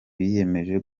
biyemeje